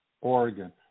Oregon